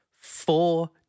four